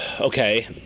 okay